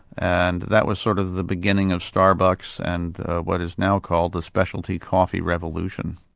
and that was sort of the beginning of starbucks and what is now called the specialty coffee revolution.